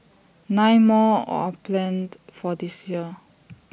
nine more are planned for this year